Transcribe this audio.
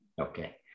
Okay